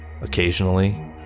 Occasionally